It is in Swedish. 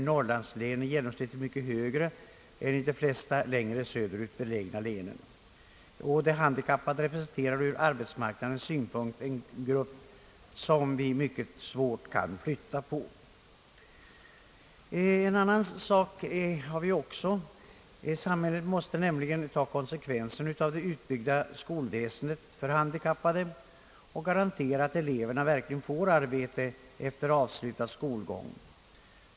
i norrlandslänen i genomsnitt mycket större än i de flesta längre söder ut belägna länen. De handikappade representerar ur arbetskraftssynpunkt en grupp som vi har mycket svårt att flytta på. En annan sak är att samhället måste ta konsekvenserna av det utbyggda skolväsendet för handikappade och garantera att eleverna verkligen får arbete efter avslutad skolgång.